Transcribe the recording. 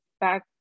back